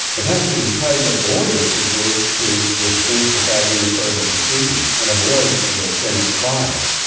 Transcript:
it has to be the process lawyers could move to dismiss without any further proceedings and avoid the senate trial.